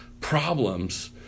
problems